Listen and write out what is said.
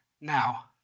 now